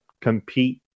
compete